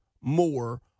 more